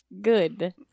good